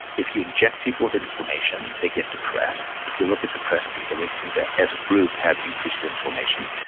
if you inject people with inflammation, they get depressed. if you look at depressed people, they seem to as a group have increased inflammation.